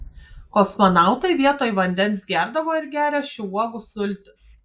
kosmonautai vietoj vandens gerdavo ir geria šių uogų sultis